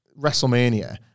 WrestleMania